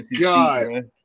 god